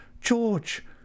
George